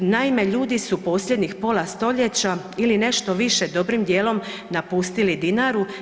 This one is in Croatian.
Naime, ljudi su posljednjih pola stoljeća ili nešto više dobrim dijelom napustili Dinaru.